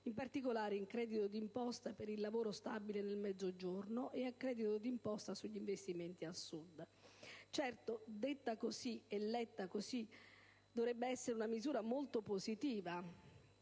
specifico al credito d'imposta per il lavoro stabile nel Mezzogiorno e al credito d'imposta per gli investimenti al Sud. Certo, detta e letta così, dovrebbe essere una misura molto positiva